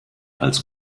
als